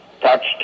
touched